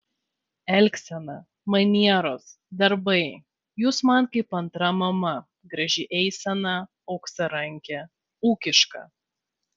elgsena manieros darbai jūs man kaip antra mama graži eisena auksarankė ūkiška